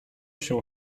się